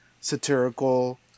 satirical